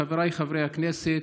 חבריי חברי הכנסת,